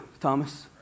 Thomas